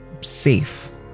safe